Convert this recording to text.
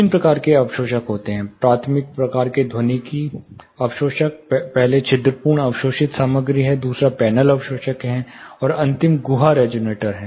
तीन प्रकार के अवशोषक होते हैं प्राथमिक प्रकार के ध्वनिकी अवशोषक पहले छिद्रपूर्ण अवशोषित सामग्री है दूसरा पैनल अवशोषक है और अंतिम गुहा रिजोनेटर है